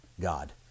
God